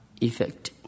effect